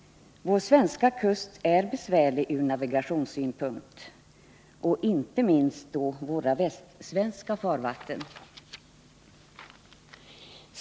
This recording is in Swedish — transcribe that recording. Vår svenska kust är besvärlig från kommunikationssynpunkt, inte minst våra västsvenska farvatten.